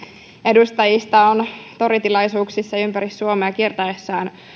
edustajista on toritilaisuuksissa ympäri suomea kiertäessään